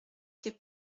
quai